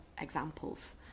examples